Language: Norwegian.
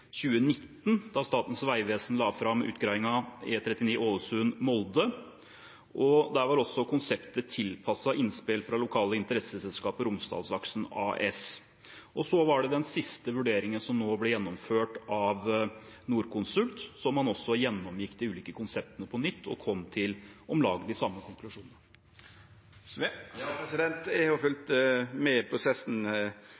2019 da Statens vegvesen la fram utredningen E39 Ålesund–Molde. Der var også konseptet tilpasset innspill fra det lokale interesseselskapet Romsdalsaksen AS. I den siste vurderingen, som ble gjennomført av Norconsult, gjennomgikk man også de ulike konseptene på nytt og kom til om lag de samme konklusjonene. Eg har